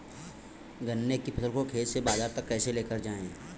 गन्ने की फसल को खेत से बाजार तक कैसे लेकर जाएँ?